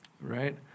right